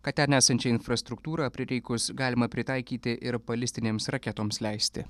kad ten esančią infrastruktūrą prireikus galima pritaikyti ir balistinėms raketoms leisti